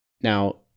Now